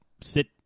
sit